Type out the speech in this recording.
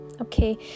Okay